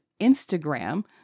Instagram